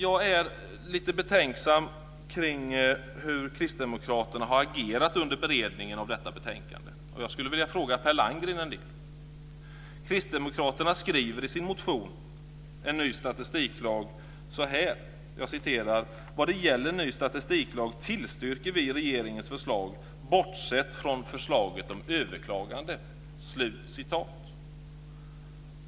Jag är lite betänksam när det gäller hur Kristdemokraterna har agerat under beredningen av detta betänkande. Jag skulle vilja fråga Per Landgren några saker. Kristdemokraterna skriver i sin motion En ny statistiklag så här: "Vad gäller ny statistiklag tillstyrker vi regeringens förslag bortsett från förslaget om överklagande."